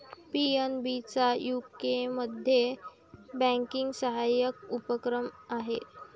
PNB चा यूकेमध्ये banking सहाय्यक उपक्रम आहे